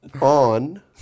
on